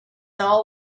all